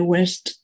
West